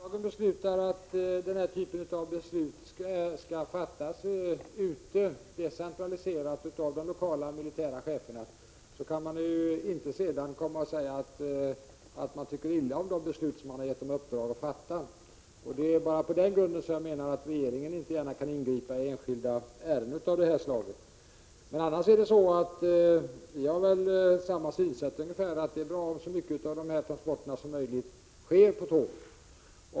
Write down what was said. Fru talman! Om riksdagen beslutar om decentralisering och delegering till de lokala militära cheferna, kan man inte sedan komma och säga att man tycker illa om de beslut som man har givit dessa i uppdrag att fatta. Det är bara på den grunden som jag menar att regeringen inte gärna kan ingripa i enskilda ärenden av det här slaget. Annars har vi väl ungefär samma synsätt, nämligen att det är bra att så mycket som möjligt av transportarbetet sker på tåg.